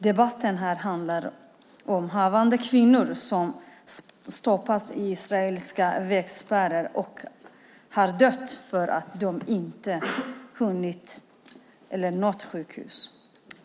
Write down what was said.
Debatten här handlar om havande kvinnor som stoppats i israeliska vägspärrar och har dött därför att de inte hunnit nå ett sjukhus.